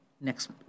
next